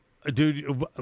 Dude